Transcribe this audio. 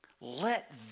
Let